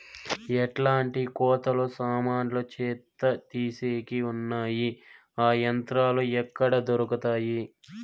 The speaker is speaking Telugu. ఎట్లాంటి కోతలు సామాన్లు చెత్త తీసేకి వున్నాయి? ఆ యంత్రాలు ఎక్కడ దొరుకుతాయి?